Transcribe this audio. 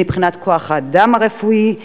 הן מבחינת כוח-האדם הרפואי,